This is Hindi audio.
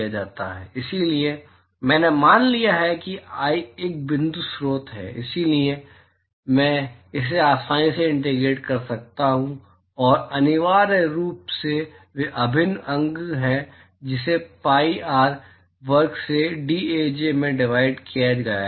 इसलिए मैंने मान लिया है कि i एक बिंदु स्रोत है इसलिए मैं इसे आसानी से इंटीग्रेट कर सकता हूं और यह अनिवार्य रूप से अभिन्न अंग है जिसे pi R वर्ग से dAj में डिवाइड किया गया है